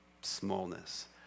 smallness